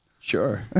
Sure